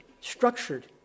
structured